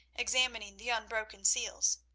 examining the unbroken seals,